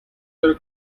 her